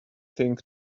thing